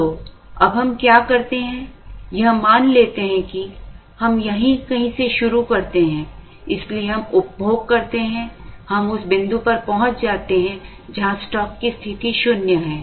तो अब हम क्या करते हैं यह मान लेते हैं कि हम यहां कहीं से शुरू करते हैं इसलिए हम उपभोग करते हैं हम उस बिंदु पर पहुंच जाते हैं जहां स्टॉक की स्थिति 0 है